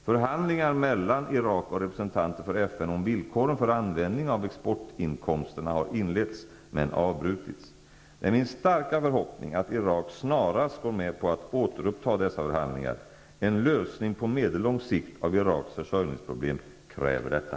Förhandlingar mellan Irak och representanter för FN om villkoren för användning och exportinkomsterna har inletts, men avbrutits. Det är min starka förhoppning att Irak snarast går med på att återuppta dessa förhandlingar. En lösning på medellång sikt av Iraks försörjningsproblem kräver detta.